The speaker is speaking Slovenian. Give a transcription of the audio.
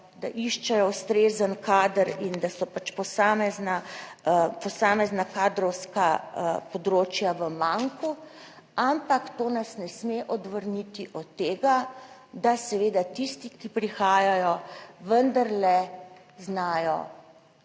da iščejo ustrezen kader in da so posamezna kadrovska področja v manku, ampak to nas ne sme odvrniti od tega, da seveda tisti, ki prihajajo, vendarle znajo